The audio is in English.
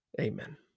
Amen